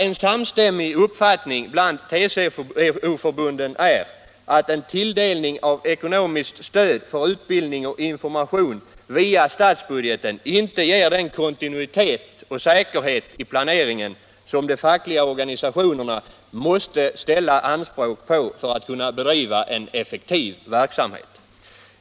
En samstämmig uppfattning inom TCO-förbunden är att en tilldelning av ekonomiskt stöd för utbildning och information via statsbudgeten inte ger den kontinuitet och säkerhet i planeringen som de fackliga organisationerna måste kräva för att kunna bedriva en effektiv verksamhet.